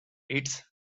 its